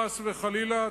חס וחלילה,